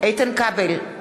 איתן כבל,